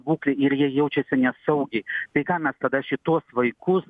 būklę ir jie jaučiasi nesaugiai tai ką mes tada šituos vaikus